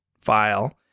file